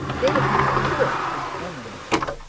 they are two of his enemies.